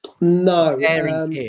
No